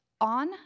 On